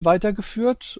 weitergeführt